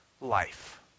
life